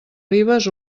ribes